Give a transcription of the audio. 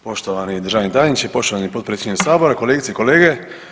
Poštovani državni tajniče, poštovani potpredsjedniče Sabora, kolegice i kolege.